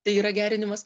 tai yra gerinimas